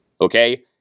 Okay